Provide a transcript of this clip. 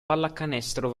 pallacanestro